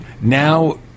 Now